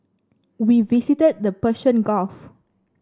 we visited the Persian Gulf